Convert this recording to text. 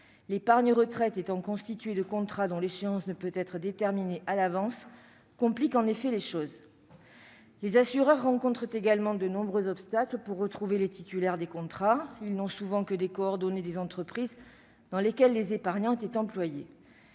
l'épargne retraite soit constituée de contrats dont l'échéance ne peut être déterminée à l'avance complique en effet les choses. Les assureurs rencontrent également de nombreux obstacles pour retrouver les titulaires des contrats : ils n'ont souvent que les coordonnées des entreprises qui employaient les épargnants.